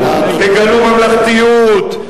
תגלו ממלכתיות,